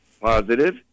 positive